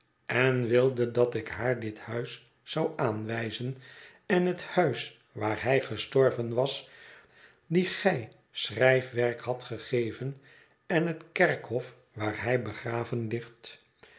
en wilde dat ik haar dit huis zou aanwijzen en het huis waar hij gestorven was dien gij schrijfwerk hadt gegeven en het kerkhof waar hij begraven ligt